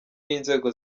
n’inzego